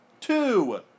Two